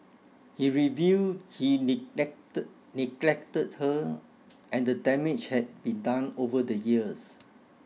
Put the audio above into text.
he revealed he neglected her and the damage had been done over the years